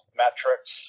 metrics